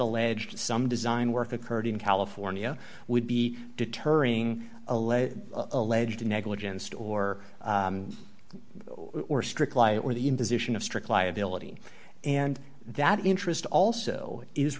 alleged some design work occurred in california would be deterring alleged alleged negligence or or strict lie or the imposition of strict liability and that interest also is